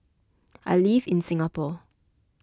I live in Singapore